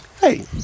Hey